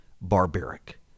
barbaric